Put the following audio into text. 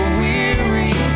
weary